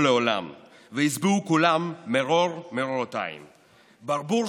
לעולם / וישבעו כולם מרור-מרורותיים / ברבור,